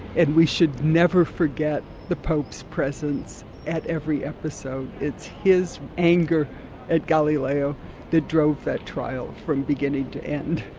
and we should never forget the pope's presence at every episode. it's his anger at galileo that drove that trial from beginning to end.